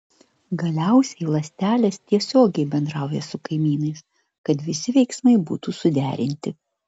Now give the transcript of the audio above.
galiausiai ląstelės tiesiogiai bendrauja su kaimynais kad visi veiksmai būtų suderinti